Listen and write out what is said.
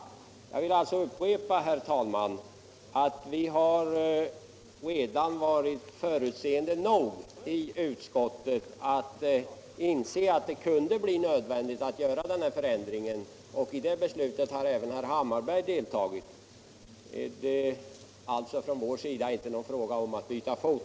Jag vill alltså upprepa, herr talman, att vi redan har varit förutseende nog i utskottet att inse att det kunde bli nödvändigt att göra denna ändring. I det beslutet har även herr Hammarberg deltagit. Det är alltså från vår sida inte fråga om att byta fot.